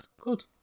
good